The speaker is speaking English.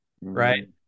right